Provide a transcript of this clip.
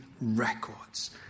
records